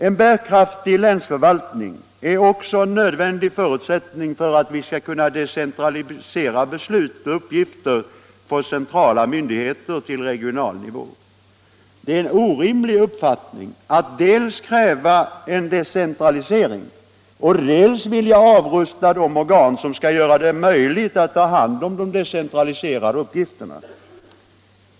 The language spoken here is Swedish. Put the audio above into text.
En bärkraftig länsförvaltning är också en nödvändig förutsättning för att vi skall kunna decentralisera beslut och uppgifter från centrala myndigheter till regional nivå. Det är en orimlig ståndpunkt att dels kräva decentralisering, dels vilja avrusta de organ som skall göra det möjligt att ta hand om de decentraliserade uppgifterna.